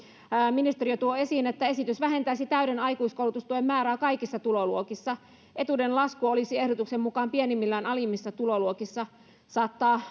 ministeriö tuo esiin että esitys vähentäisi täyden aikuiskoulutustuen määrää kaikissa tuloluokissa etuuden lasku olisi ehdotuksen mukaan pienimmillään alimmissa tuloluokissa saattaa